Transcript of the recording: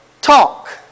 Talk